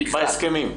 לא תמיכה, בהסכמים.